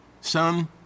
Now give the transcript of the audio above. Son